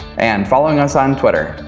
and following us on twitter.